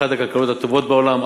אחת הכלכלות הטובות בעולם.